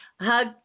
hug